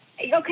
Okay